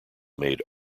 made